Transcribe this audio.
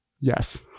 Yes